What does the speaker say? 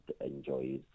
enjoys